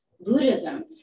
Buddhism